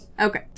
Okay